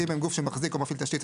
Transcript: אם הם גוף שמחזיק או מפעיל תשתית,